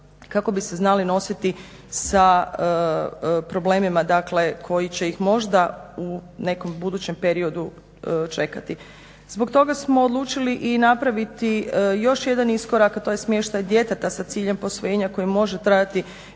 kako bi se znali nositi sa problemima, dakle, koji će ih možda u nekom budućem periodu čekati. Zbog toga smo odlučili i napraviti još jedan iskorak, a to je smještaj djeteta sa ciljem posvojenja koji može trajati